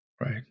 Right